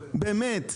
באמת.